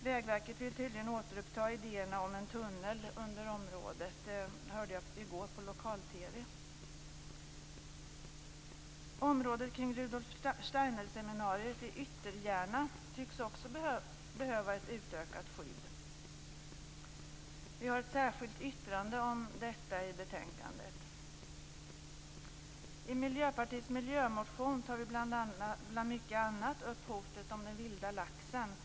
Vägverket vill tydligen återuppta idéerna om en tunnel under området. Det hörde jag i går på lokal Området kring Rudolf Steiner-seminariet i Ytterjärna tycks också behöva ett utökat skydd. Vi har ett särskilt yttrande om detta i betänkandet. I Miljöpartiets miljömotion tar vi bland mycket annat upp hotet mot den vilda laxen.